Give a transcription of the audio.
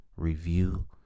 review